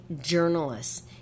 journalists